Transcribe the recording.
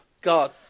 God